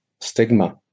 stigma